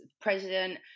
president